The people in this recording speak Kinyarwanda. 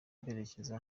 berekeza